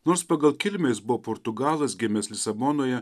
nors pagal kilmę jis buvo portugalas gimęs lisabonoje